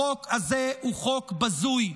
החוק הזה הוא חוק בזוי,